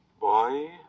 Boy